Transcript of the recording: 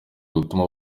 gutuma